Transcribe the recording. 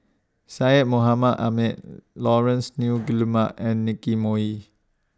Syed Mohamed Ahmed Laurence Nunns Guillemard and Nicky Moey